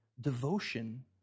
devotion